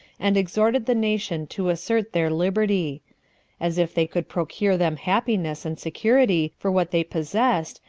and exhorted the nation to assert their liberty as if they could procure them happiness and security for what they possessed,